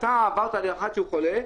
עברת ליד אחד שחולה,